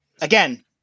again